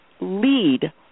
lead